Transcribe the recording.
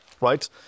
right